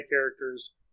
characters